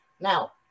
Now